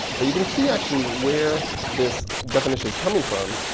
but you can see actually where this definition is coming from.